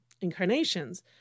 incarnations